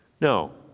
No